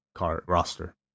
roster